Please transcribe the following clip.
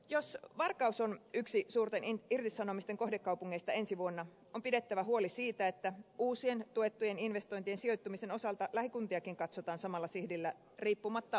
jos varkaus on yksi suurten irtisanomisten kohdekaupungeista ensi vuonna on pidettävä huoli siitä että uusien tuettujen investointien sijoittumisen osalta lähikuntiakin katsotaan samalla sihdillä riippumatta maakunnasta